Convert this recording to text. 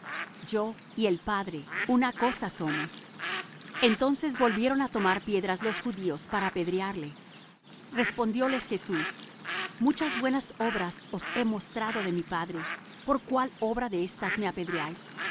yo y el padre una cosa somos entonces volvieron á tomar piedras los judíos para apedrearle respondióles jesús muchas buenas obras os he mostrado de mi padre por cuál obra de esas me apedreáis